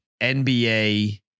NBA